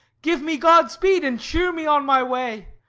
give me god-speed and cheer me on my way.